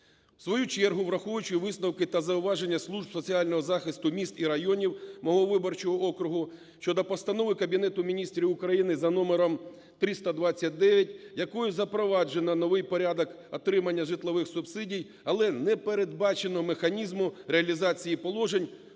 В свою чергу, враховуючи висновки та зауваження служб соціального захисту міст і районів мого виборчого округу щодо Постанови Кабінету Міністрів України за номером 329, якою запроваджено новий порядок отримання житлових субсидій, але не передбачено механізму реалізації положень,